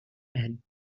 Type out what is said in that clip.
and